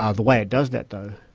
ah the way it does that though,